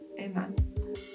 amen